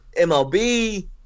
MLB